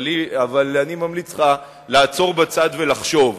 אבל אני ממליץ לך לעצור בצד ולחשוב,